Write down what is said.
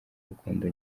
urukundo